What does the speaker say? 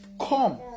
Come